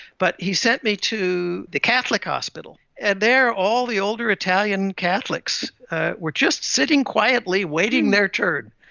but he sent me to the catholic hospital, and there all the older italian catholics were just sitting quietly waiting their turn.